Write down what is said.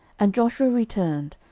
and joshua returned,